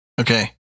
Okay